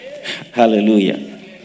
Hallelujah